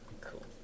cool